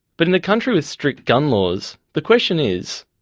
but in a country with strict gun laws, the question is,